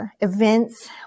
events